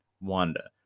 Wanda